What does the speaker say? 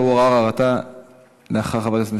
3711, 3712, 3718, 3725 ו-3733.